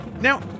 Now